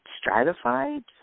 stratified